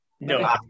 No